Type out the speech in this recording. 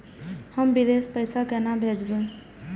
हम विदेश पैसा केना भेजबे?